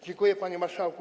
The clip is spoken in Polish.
Dziękuję, panie marszałku.